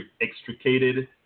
extricated